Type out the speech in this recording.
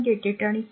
888 आणि 5a